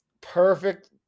perfect